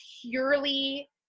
purely